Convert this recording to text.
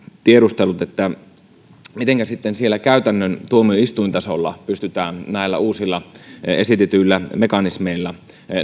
tiedustellut mitenkä siellä käytännön tuomioistuintasolla pystytään näillä uusilla esitetyillä mekanismeilla